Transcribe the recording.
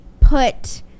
put